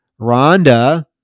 Rhonda